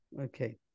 Okay